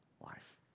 life